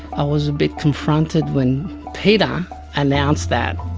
i was a bit confronted when peter announced that,